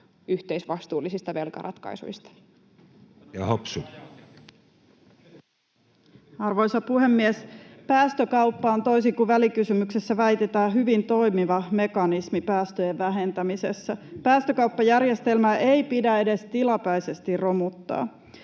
Fortum-politiikasta Time: 15:24 Content: Arvoisa puhemies! Päästökauppa on, toisin kuin välikysymyksessä väitetään, hyvin toimiva mekanismi päästöjen vähentämisessä. Päästökauppajärjestelmää ei pidä edes tilapäisesti romuttaa.